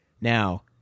Now